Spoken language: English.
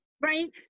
right